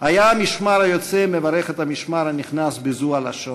היה המשמר היוצא מברך את המשמר הנכנס בזו הלשון: